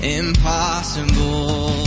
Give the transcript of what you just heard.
impossible